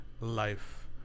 life